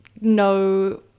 no